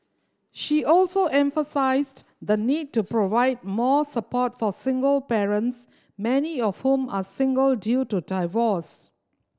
she also emphasised the need to provide more support for single parents many of whom are single due to divorce